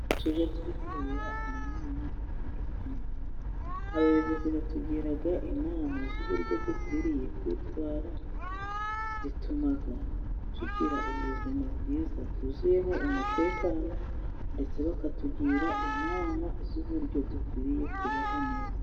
Tujya twitabira ama nama atandukanye, abayobozi batugira inama z'uburyo dukwiriye kwitwara, bituma tugira ubuzima bwiza bwuzuyemo umutekano, ndetse bakatugira inama z'uburyo dukwiriye kubaho neza.